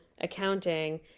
accounting